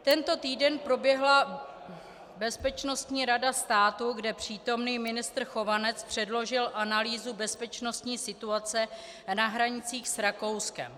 Tento týden proběhla bezpečnostní rada státu, kde přítomný ministr Chovanec předložil analýzu bezpečnostní situace na hranicích s Rakouskem.